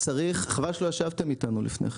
חבל שלא ישבתם איתנו לפני כן.